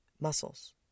muscles